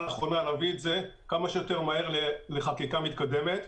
להביא את זה כמה שיותר מהר לחקיקה מתקדמת.